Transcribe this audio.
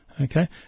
Okay